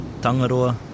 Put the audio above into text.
Tangaroa